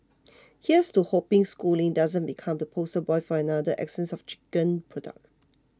here's to hoping Schooling doesn't become the poster boy for another essence of chicken product